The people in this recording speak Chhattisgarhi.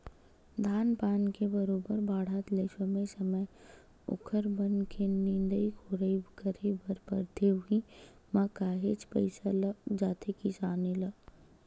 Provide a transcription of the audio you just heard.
धान पान के बरोबर बाड़हत ले समे समे ओखर बन के निंदई कोड़ई करे बर परथे उहीं म काहेच पइसा लग जाथे किसान ल